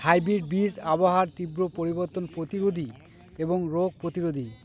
hybrid বীজ আবহাওয়ার তীব্র পরিবর্তন প্রতিরোধী এবং রোগ প্রতিরোধী